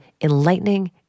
enlightening